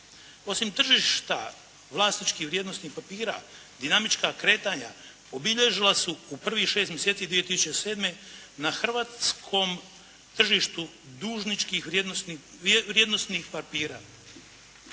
Osim tržišta vlasnički vrijednosnih papira, dinamička kretanja obilježila su u prvih šest mjeseci 2007. na hrvatskom tržištu dužničkih vrijednosnih papira.